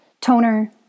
toner